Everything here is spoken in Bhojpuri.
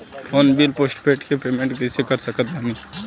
फोन बिल पोस्टपेड के पेमेंट कैसे कर सकत बानी?